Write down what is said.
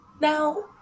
now